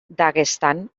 daguestan